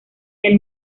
del